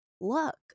look